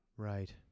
Right